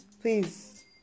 Please